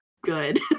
good